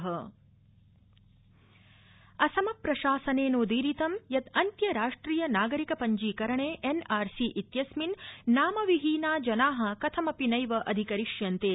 N R C Assam प्रशासनेनोदीरितं यत् अन्त्य राष्ट्रिय नागरिक पंजीकरणे एन् आर् सी इत्यस्मिन् नाम विहीना जना कथमपि नैव अधिकरिष्यन्ते